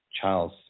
Charles